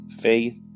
faith